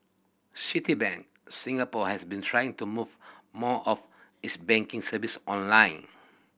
Citibank Singapore has been trying to move more of its banking service online